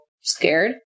scared